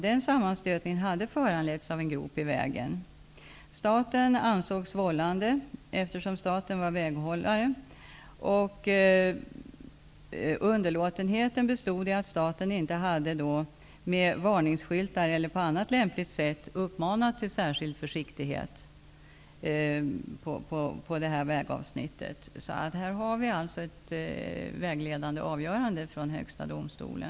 Denna sammanstötning hade föranletts av en grop i vägen. Staten ansågs vållande, eftersom staten var väghållare. Underlåtenheten bestod i att väghållaren inte med t.ex. varningsskyltar eller på annat lämpligt sätt uppmanat till särskild försiktighet. Detta är alltså ett vägledande avgörande från Högsta domstolen.